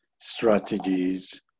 strategies